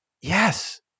Yes